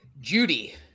Judy